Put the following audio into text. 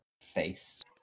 face